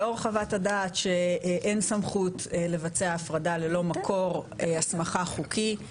לאור חוות הדעת שאין סמכות לבצע הפרדה ללא מקור הסמכה חוקי,